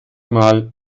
mal